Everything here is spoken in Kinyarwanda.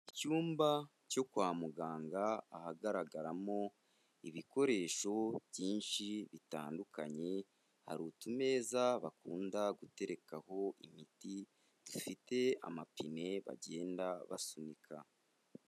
Icyumba cyo kwa muganga ahagaragaramo ibikoresho byinshi bitandukanye, hari utumeza bakunda guterekaho imiti dufite amapine bagenda basunika.